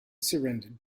surrendered